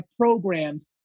programs